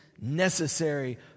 necessary